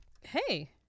Hey